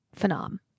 Phenom